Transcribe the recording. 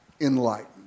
enlightened